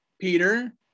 Peter